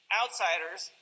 outsiders